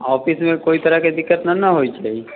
ऑफिसमे कोइ तरहके दिक्कत नहि ने होइ छै